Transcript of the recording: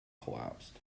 collapsed